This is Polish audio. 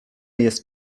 jest